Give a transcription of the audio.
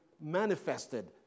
manifested